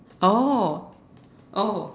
oh oh